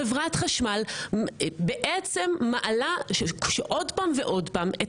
חברת חשמל מעלה עוד פעם ועוד פעם את